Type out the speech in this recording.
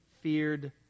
feared